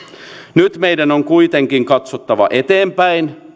nyt meidän on kuitenkin katsottava eteenpäin